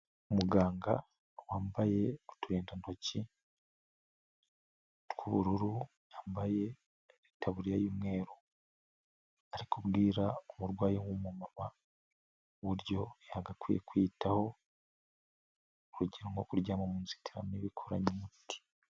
Umuganga wambaye uturindantoki tw'ubururu, yambaye itaburiya y'umweru ari kubwira umurwayi w'umumama uburyo yagakwiye kwiyitaho urugero nko kuryama mu nzitiramibu ikoranye umuti.